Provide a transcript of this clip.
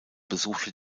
besuchte